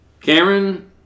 Cameron